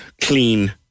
clean